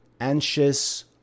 anxious